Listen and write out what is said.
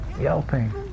Yelping